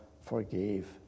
forgave